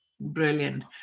Brilliant